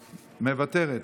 מוותרת.